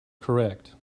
correct